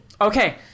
Okay